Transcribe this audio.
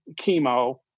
chemo